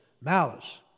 malice